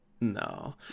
no